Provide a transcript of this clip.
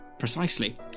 Precisely